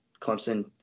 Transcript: Clemson